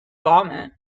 vomit